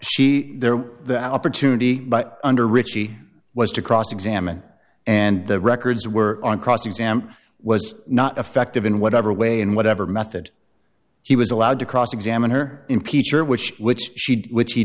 she there the opportunity under richie was to cross examine and the records were on cross exam was not effective in whatever way and whatever method he was allowed to cross examine her impeach her which which she did which he